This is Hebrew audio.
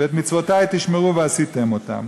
"ואת מצותי תשמרו ועשיתם אתם,